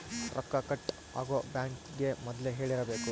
ರೊಕ್ಕ ಕಟ್ ಆಗೋ ಬ್ಯಾಂಕ್ ಗೇ ಮೊದ್ಲೇ ಹೇಳಿರಬೇಕು